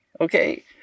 Okay